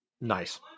Nice